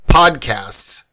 podcasts